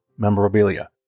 Memorabilia